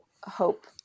hope